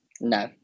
No